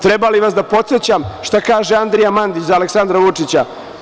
Treba li da vas podsećam šta kaže Andrija Mandić za Aleksandra Vučića?